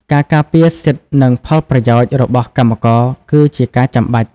ការការពារសិទ្ធិនិងផលប្រយោជន៍របស់កម្មករគឺជាការចាំបាច់។